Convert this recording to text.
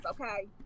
okay